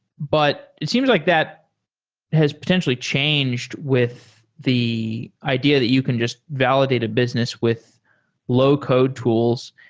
but it seems like that has potentially changed with the idea that you can just validate a business with low-code tools.